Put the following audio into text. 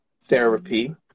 therapy